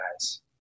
Guys